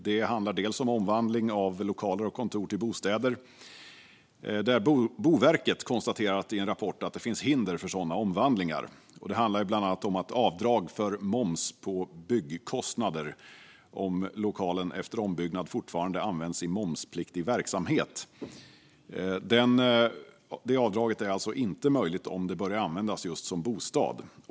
Det handlar först och främst om omvandling av lokaler och kontor till bostäder. Boverket har i en rapport konstaterat att det finns hinder för sådana omvandlingar. Det handlar bland annat om avdrag för moms på byggkostnader om lokalen efter ombyggnad fortfarande används i momspliktig verksamhet. Det avdraget är inte längre möjligt om lokalen börjar användas som bostad.